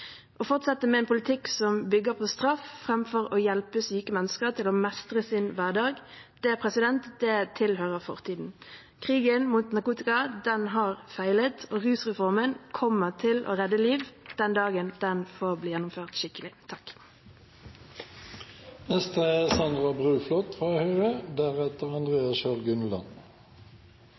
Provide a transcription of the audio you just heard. Å fortsette med en politikk som bygger på straff, framfor å hjelpe syke mennesker til å mestre sin hverdag, tilhører fortiden. Krigen mot narkotika har feilet, og rusreformen kommer til å redde liv den dagen den blir gjennomført skikkelig. Jeg hører at regjeringspartiene tar opp reformen som er varslet fra